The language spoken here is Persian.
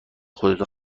خودتو